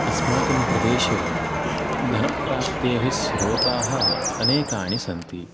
अस्माकं प्रदेशे धनप्राप्तेः स्रोताः अनेकानि सन्ति